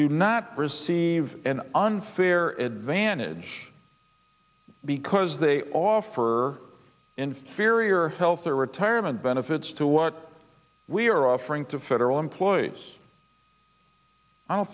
do not receive an unfair advantage because they offer inferior health or retirement benefits to what we are offering to federal employees i don't